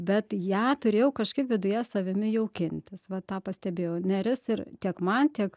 bet ją turėjau kažkaip viduje savimi jaukintis va tą pastebėjau neris ir tiek man tiek